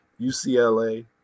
UCLA